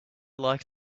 like